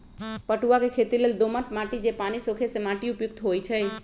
पटूआ के खेती लेल दोमट माटि जे पानि सोखे से माटि उपयुक्त होइ छइ